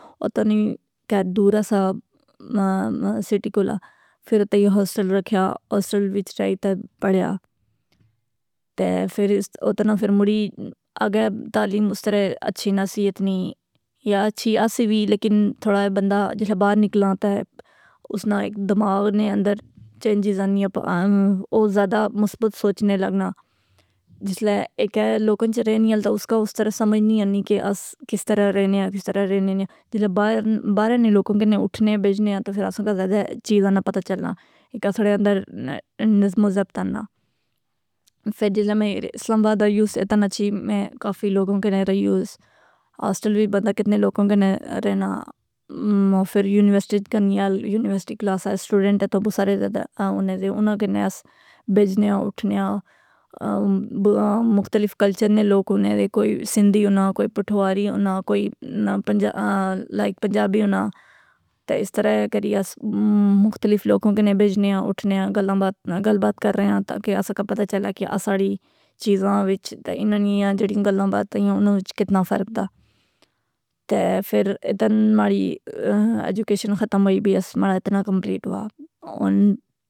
اوتا نی کہ دوراسا سٹی کلہ۔ فر اتے یہ ہوسٹل رکھیا، ہوسٹل وچ رہی تہ پڑھیا۔ تہ فر اتنا فر مڑی آگے تعلیم اس طرح اچھی نہ سی اتنی یا اچھی آس وی لیکن تھوڑا بندہ جسلے باہر نکلنا تہ اسناں ایک دماغ نے اندر چینجز آنیاں او زیادہ مصبت سوچنے لگنا۔ جسلے ایک ہے لوکاں اچ رہنی ہل تہ اس کا اس طرح سمجھ نیں آنی کہ اس کس طرح رہنیاں کس طرح رہنے نیاں۔ جسلے باہرہ نے لوکوں کنیا اٹھنے بیجنے آں تہ فر آساں کا زیادہ چیزاں پتہ چلنا۔ ایک آساڑے اندر نظم و ضبط آنا۔ فر جسلے میں اسلامباد ا یوس اتنا اچھی میں کافی لوگوں کنے ریوس۔ ہوسٹل وی بندہ کتنے لوکاں کنے رہنا، فر یونیورسٹی کنیاں، یونیورسٹی کلاسہ سٹوڈنٹ تو بو سارے زیادہ ہونے دے۔ اناں کنے اس بیجنیاں اٹھنیاں، مختلف کلچر نے لوک ہونے دے، کوئی سندھی ہونا، کوئی پٹھواری ہونا، کوئی لائک پنجابی ہونا، تے اس طرح کری اس مختلف لوکوں کنے بیجنیاں اٹھنیاں گلاں بات گل بات کرے آں تاکہ آسا کا پتہ چلے کہ اساڑی چیزاں وچ تہ اناں نیاں جڑی گلاں باتاں ہیاں اناں وچ کتنا فرق دا۔ تہ فر اتن ماڑی ایڈوکیشن ختم ہوئی بی ایس ماڑا اتنا کمپلیٹ ہوا، ہن